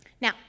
Now